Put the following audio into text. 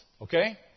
Okay